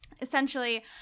essentially